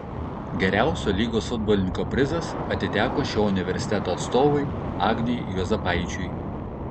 geriausio lygos futbolininko prizas atiteko šio universiteto atstovui agniui juozapaičiui